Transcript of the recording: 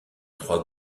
trois